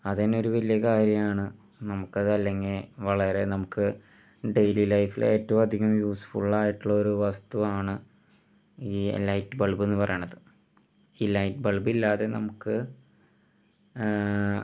അത് തന്നെ ഒരു വലിയ കാര്യമാണ് നമുക്കത് അല്ലെങ്കിൽ വളരെ നമുക്ക് ഡെയിലി ലൈഫിൽ ഏറ്റവും അധികം യൂസ് ഫുള്ളായിട്ടുള്ളൊരു വസ്തുവാണ് ഈ ലൈറ്റ് ബൾബ് എന്ന് പറയുന്നത് ഈ ലൈറ്റ് ബൾബ് ഇല്ലാതെ നമുക്ക്